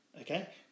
Okay